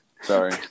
Sorry